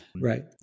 Right